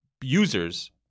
users